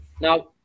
Now